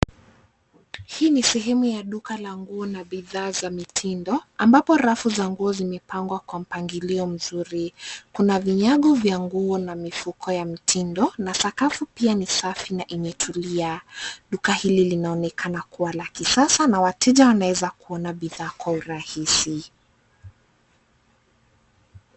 Hii ni sehemu ya duka la nguo na bidhaa za mitindo ambapo rafu za nguo zimepangwa kwa mpangilio mzuri. Kuna vinyago vya nguo na mifuko ya mitindo na sakafu pia ni safi na imetulia. Duka hili linaonekana kuwa la kisasa na wateja wanaweza kuona bidhaa kwa urahisi.